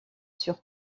sur